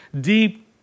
deep